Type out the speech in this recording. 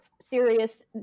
serious